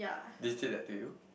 they said that to you